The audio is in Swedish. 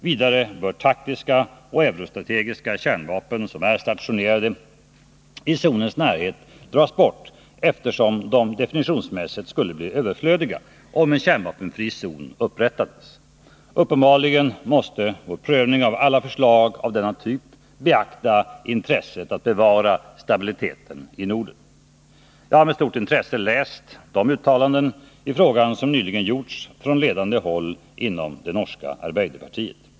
Vidare bör taktiska och eurostrategiska kärnvapen som är stationerade i zonens närhet dras bort, eftersom de definitionsmässigt skulle bli överflödiga, om en kärnvapenfri zon upprättades. Uppenbarligen måste vi vid vår prövning av alla förslag av denna typ beakta intresset att bevara stabiliteten i Norden. Jag har med stort intresse läst de uttalanden i frågan som nyligen gjorts från ledande håll inom det norska arbeiderpartiet.